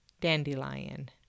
dandelion